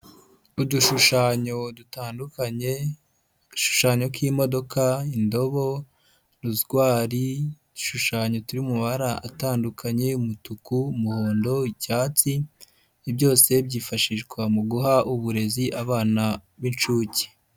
Udushushanyo dutandukanye, agashushanyo k'imodoka, indobo, rozwari, udushushanyo turi mu mabara atandukanye, umutuku, umuhondo, icyatsi, byose byifashishwa mu guha uburezi abana b'incuke.